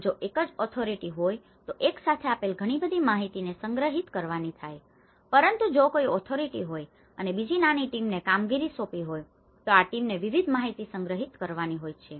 આમ જો એક જ ઓથોરિટી authority સત્તા હોય તો એકસાથે આપેલ ઘણી બધી માહિતીને સંગ્રહિત કરવાની થાય પરંતુ જો કોઈ ઓથોરિટી હોય અને બીજી નાની ટીમને કામગીરી સોંપી હોય તો આ ટીમોને વિવિધ માહિતી સંગ્રહિત કરવાની હોય છે